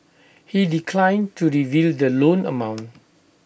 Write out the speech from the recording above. he declined to reveal the loan amount